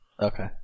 Okay